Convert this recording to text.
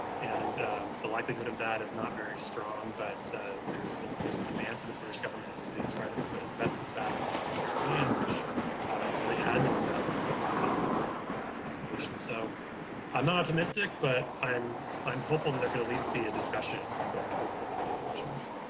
and the likelihood of that is not very strong. but there's there's a demand for the british government to try to put investment back into the caribbean, which really had no investment up until emancipation. so i'm not optimistic but i'm, i'm hopeful that there could at least be a discussion going forward about reparations.